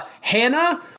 Hannah